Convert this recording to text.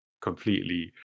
completely